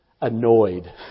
annoyed